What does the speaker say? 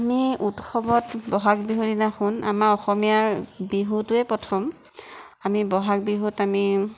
আমি উৎসৱত বহাগ বিহুৰ দিনাখন আমাৰ অসমীয়াৰ বিহুতোৱে প্ৰথম আমি বহাগ বিহুত আমি